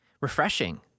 refreshing